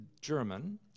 German